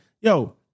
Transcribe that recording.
Yo